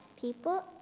people